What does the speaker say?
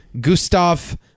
Gustav